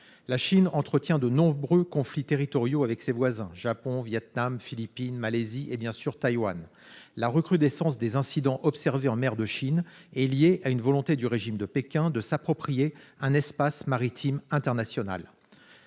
La Chine entretient de nombreux conflits territoriaux avec ses voisins : Japon, Vietnam, Philippines, Malaisie et, bien sûr, Taiwan. La recrudescence des incidents observés en mer de Chine est liée à une volonté du régime de Pékin de s'approprier un espace maritime international.